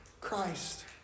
Christ